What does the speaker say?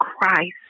Christ